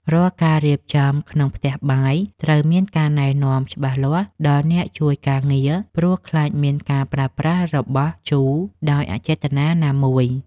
រាល់ការរៀបចំក្នុងផ្ទះបាយត្រូវមានការណែនាំច្បាស់លាស់ដល់អ្នកជួយការងារ ព្រោះ ខ្លាចមានការប្រើប្រាស់របស់ជូរដោយអចេតនាណាមួយ។